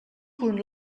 punt